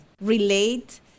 relate